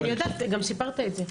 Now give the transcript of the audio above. אני יודעת, גם סיפרת את זה.